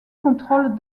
contrôlent